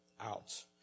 out